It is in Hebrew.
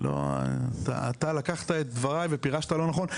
לא, אתה לקחת את דבריי ופירשת לא נכון.